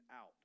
out